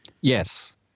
Yes